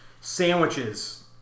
Sandwiches